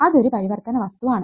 അതൊരു പരിവർത്തിതവസ്തു ആണ്